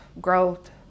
growth